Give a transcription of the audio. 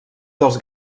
dels